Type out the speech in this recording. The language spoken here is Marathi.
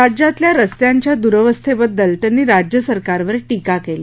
राज्यातल्या रस्त्यांच्या दुरवस्थेबद्दल त्यांनी राज्य सरकारवर टीका केली